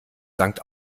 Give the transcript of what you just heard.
sankt